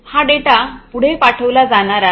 हा डेटा पुढे पाठविला जाणार आहे